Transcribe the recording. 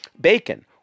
bacon